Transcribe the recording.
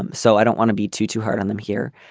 um so i don't want to be too too hard on them here.